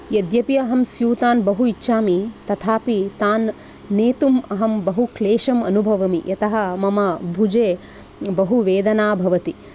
यद्यपि अहं स्यूतान् बहु इच्छामि तथापि तान् नेतुम् अहं बहु क्लेशम् अनुभवामि यतः मम भुजे बहुवेदना भवति